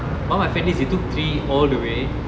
one of my friend is he took three all the way